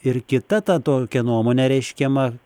ir kita ta tokia nuomonė reiškiama